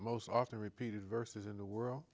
most often repeated verses in the world